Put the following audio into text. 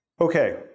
Okay